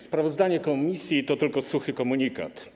Sprawozdanie komisji to tylko suchy komunikat.